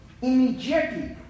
immediately